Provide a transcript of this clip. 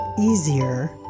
easier